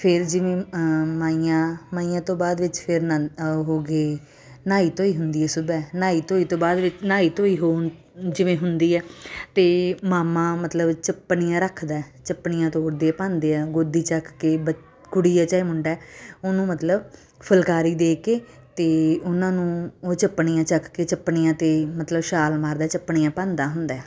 ਫਿਰ ਜਿਵੇਂ ਮਾਈਆਂ ਮਾਈਆਂ ਤੋਂ ਬਾਅਦ ਵਿੱਚ ਫਿਰ ਨ ਉਹ ਹੋ ਗਏ ਨਹਾਈ ਧੋਈ ਹੁੰਦੀ ਹੈ ਸੁਬਹ ਨਹਾਈ ਧੋਈ ਤੋਂ ਬਾਅਦ ਨਹਾਈ ਧੋਈ ਹੋਣ ਜਿਵੇਂ ਹੁੰਦੀ ਹੈ ਅਤੇ ਮਾਮਾ ਮਤਲਬ ਚੱਪਣੀਆਂ ਰੱਖਦਾ ਚੱਪਣੀਆਂ ਤੋੜਦੇ ਆ ਭੰਨਦੇ ਆ ਗੋਦੀ ਚੱਕ ਕੇ ਬ ਕੁੜੀ ਆ ਚਾਹੇ ਮੁੰਡਾ ਆ ਉਹਨੂੰ ਮਤਲਬ ਫੁਲਕਾਰੀ ਦੇ ਕੇ ਅਤੇ ਉਹਨਾਂ ਨੂੰ ਉਹ ਚੱਪਣੀਆਂ ਚੱਕ ਕੇ ਚਪਣੀਆਂ 'ਤੇ ਮਤਲਬ ਛਾਲ ਮਾਰਦਾ ਚੱਪਣੀਆਂ ਭੰਨਦਾ ਹੁੰਦਾ